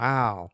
Wow